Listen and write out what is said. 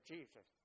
Jesus